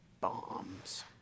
Bombs